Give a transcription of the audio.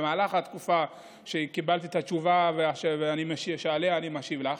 במהלך התקופה שקיבלתי את השאלה שעליה אני משיב לך,